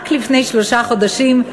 רק לפני שלושה חודשים,